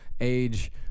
age